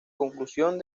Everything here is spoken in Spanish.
conclusión